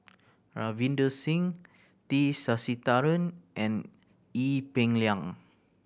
Ravinder Singh T Sasitharan and Ee Peng Liang